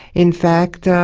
in fact,